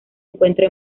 encuentra